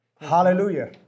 Hallelujah